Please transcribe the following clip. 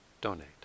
donate